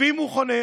ואם הוא חונה,